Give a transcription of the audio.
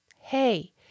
Hey